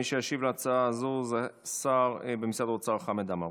מי שישיב על ההצעה הזאת הוא השר במשרד האוצר חמד עמאר.